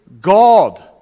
God